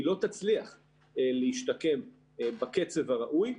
היא לא תצליח להשתקם בקצב הראוי.